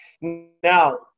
Now